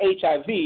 HIV